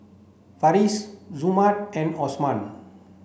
Farish Zamrud and Osman